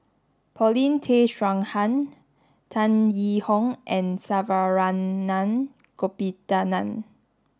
Paulin Tay Straughan Tan Yee Hong and Saravanan Gopinathan